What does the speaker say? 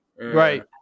Right